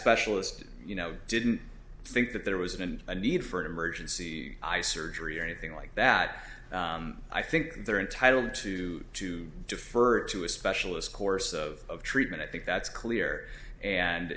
specialist you know didn't think that there was an a need for an emergency surgery or anything like that i think they're entitled to to defer to a specialist course of treatment i think that's clear and